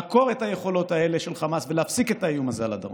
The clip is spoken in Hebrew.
לעקור את היכולות האלה של חמאס ולהפסיק את האיום הזה על הדרום.